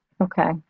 Okay